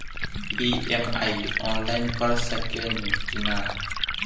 EMI online कर सकेनी की ना?